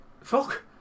Fuck